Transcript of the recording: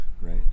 right